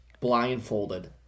blindfolded